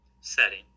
setting